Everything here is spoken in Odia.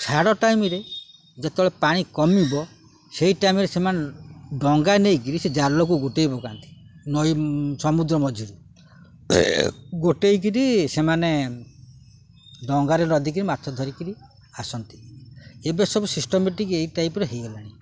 ସାଡ଼ ଟାଇମରେ ଯେତେବେଳେ ପାଣି କମିବ ସେଇ ଟାଇମରେ ସେମାନେ ଡଙ୍ଗା ନେଇକିରି ସେ ଜାଲକୁ ଗୋଟେଇ ପକାନ୍ତି ନଈ ସମୁଦ୍ର ମଝିରୁ ଗୋଟେଇକିରି ସେମାନେ ଡଙ୍ଗ ାରେ ନଦିକିରି ମାଛ ଧରିକିରି ଆସନ୍ତି ଏବେ ସବୁ ସିଷ୍ଟମେଟିକ ଏଇ ଟାଇପ୍ରରେ ହେଇଗଲାଣି